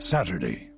Saturday